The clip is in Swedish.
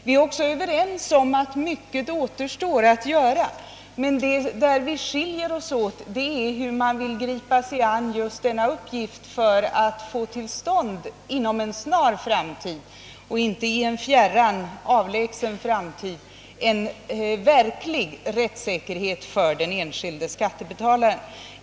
Vi är också överens om att mycket återstår att göra, men vi har olika åsikter om hur man skall gripa sig an uppgiften för att inom en snar framtid, inte i en fjärran avlägsen, kunna få till stånd en verklig rättssäkerhet för den enskilde skattebetalaren.